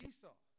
Esau